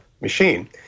machine